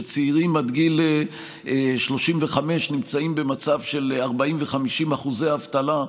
שצעירים עד גיל 35 נמצאים במצב של 40% ו-50% אחוזי אבטלה.